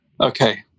Okay